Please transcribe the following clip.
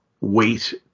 weight